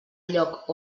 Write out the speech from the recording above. lloc